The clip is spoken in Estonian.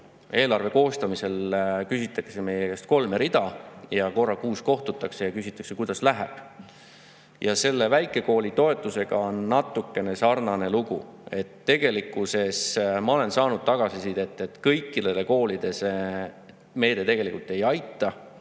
eelarve koostamisel küsitakse nende käest kolme rida ning korra kuus kohtutakse ja küsitakse, kuidas läheb. Selle väikekoolitoetusega on natukene sarnane lugu. Tegelikkuses ma olen saanud tagasisidet, et kõiki koole see meede ei aita.